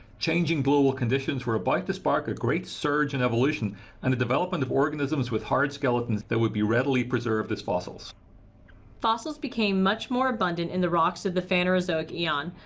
changing global conditions were about to spark a great surge in evolution and the development of organisms with hard skeletons that would be readily preserved as fossils fossils became much more abundant in rocks of the phanerozoic eon,